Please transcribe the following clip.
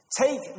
Take